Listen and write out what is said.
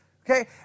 Okay